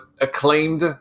acclaimed